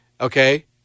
okay